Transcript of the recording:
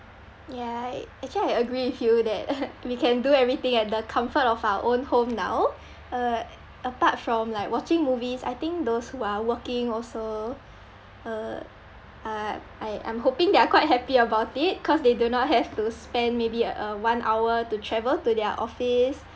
ya uh actually I agree with you that we can do everything at the comfort of our own home now uh apart from like watching movies I think those who are working also err uh I I'm hoping they are quite happy about it cause they do not have to spend maybe uh one hour to travel to their office